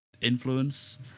influence